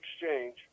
exchange